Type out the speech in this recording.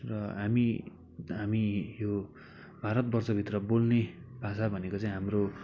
र हामी हामी यो भारतवर्षभित्र बोल्ने भाषा भनेको चाहिँ हाम्रो